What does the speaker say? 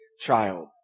child